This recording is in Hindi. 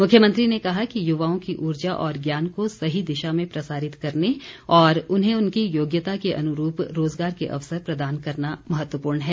मुख्यमंत्री ने कहा कि युवाओं की ऊर्जा और ज्ञान को सही दिशा में प्रसारित करने और उन्हें उनकी योग्यता के अनुरूप रोजगार के अवसर प्रदान करना महत्वपूर्ण है